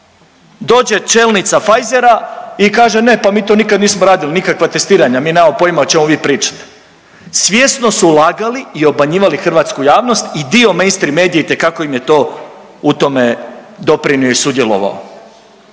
dođe čelnica Pfizera i kaže ne pa mi to nikad nismo radili, nikakva testiranja mi nemamo pojma o čemu vi pričate. Svjesno su lagali i obmanjivali hrvatsku javnost i dio mainstream medije itekako im je to, u tome doprinio i sudjelovao.